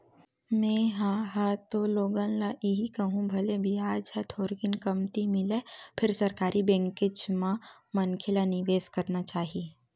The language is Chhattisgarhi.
में हा ह तो लोगन ल इही कहिहूँ भले बियाज ह थोरकिन कमती मिलय फेर सरकारी बेंकेच म मनखे ल निवेस करना चाही